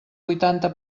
vuitanta